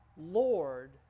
Lord